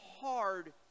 hard